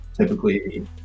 typically